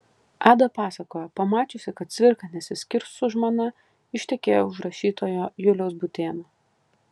ada pasakojo pamačiusi kad cvirka nesiskirs su žmona ištekėjo už rašytojo juliaus būtėno